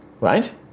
Right